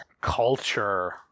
Culture